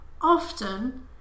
Often